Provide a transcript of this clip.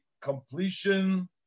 completion